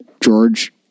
George